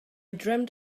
dreamt